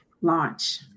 launch